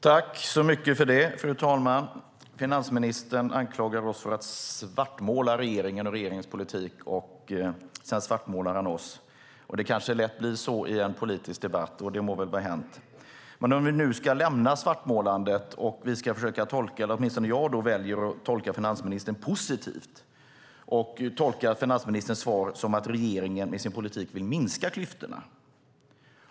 Fru talman! Finansministern anklagar oss för att svartmåla regeringen och regeringens politik. Sedan svartmålar han oss. Det kanske lätt blir så i en politisk debatt, och det må väl vara hänt. Men låt oss nu lämna svartmålandet. Åtminstone jag väljer att tolka finansministern positivt. Jag tolkar finansministerns svar som att regeringen med sin politik vill minska klyftorna.